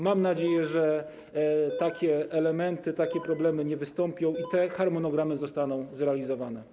Mam nadzieję, że takie elementy, takie problemy nie wystąpią i te harmonogramy zostaną zrealizowane.